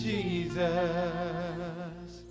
Jesus